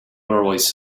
otherwise